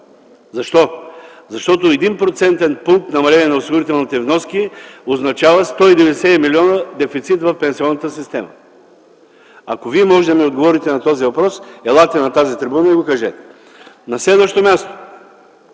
Защо? Защото 1-процентен пункт намаление на осигурителните вноски означава 190 милиона дефицит в пенсионната система. Ако Вие можете да ми отговорите на този въпрос, елате на тази трибуна и го кажете. На следващо място,